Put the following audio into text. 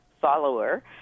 follower